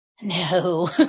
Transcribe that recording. No